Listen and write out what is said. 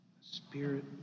Spirit